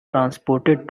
transported